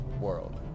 world